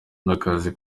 n’akazi